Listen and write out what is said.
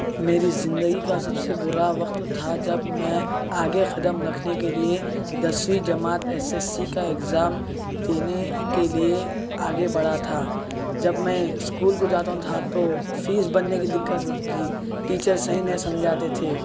میری زندگی کا سب سے برا وقت تھا جب میں آگے قدم رکھنے کے لیے دسویں جماعت ایس ایس سی کا اگزام دینے کے لیے آگے بڑھا تھا جب میں اسکول کو جاتا تھا تو فیس بھرنے کی دقت ہوتی تھی ٹیچر صحیح نہیں سمجھاتے تھے